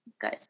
good